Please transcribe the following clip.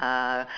uh